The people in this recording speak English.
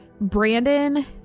Brandon